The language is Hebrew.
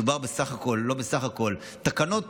מדובר בסך הכול, לא בסך הכול, תקנות